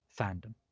fandom